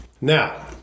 Now